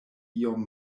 iom